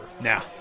Now